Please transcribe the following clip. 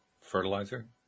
fertilizer